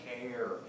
care